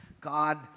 God